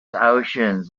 oceans